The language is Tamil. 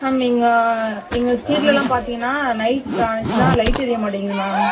மேம் எங்கள் எங்கள் ஸ்ட்ரீட்லேல்லாம் பார்த்திங்கன்னா நைட் ஆகிச்சுனா லைட் எரிய மாட்டேங்கிறது மேம்